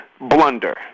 blunder